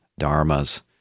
dharmas